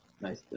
Nice